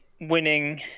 winning